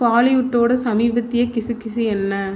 பாலிவுட்டோட சமீபத்திய கிசுகிசு என்ன